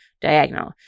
diagonal